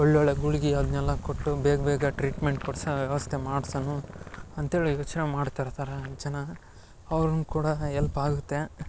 ಒಳ್ಳೊಳ್ಳೆ ಗುಳ್ಗಿ ಅದ್ನೆಲ್ಲ ಕೊಟ್ಟು ಬೇಗ್ ಬೇಗ ಟ್ರೀಟ್ಮೆಂಟ್ ಕೊಡ್ಸ ವ್ಯವಸ್ತೆ ಮಾಡ್ಸನು ಅಂತೇಳಿ ಯೋಚ್ನೆ ಮಾಡ್ತಿರ್ತರ ಜನ ಅವ್ರನ್ ಕೂಡ ಎಲ್ಪ್ ಆಗುತ್ತೆ